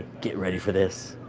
get ready for this.